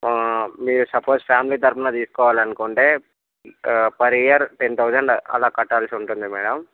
మీరు suppose family తరఫున తీసుకోవాలనుకుంటే పర్ ఇయర్ టెన్ థౌజండ్ అలా కట్టాల్సుంటుంది మేడం